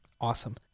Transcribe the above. Awesome